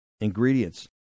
ingredients